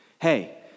Hey